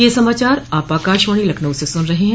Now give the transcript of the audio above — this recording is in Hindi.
ब क यह समाचार आप आकाशवाणी लखनऊ से सुन रहे हैं